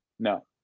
No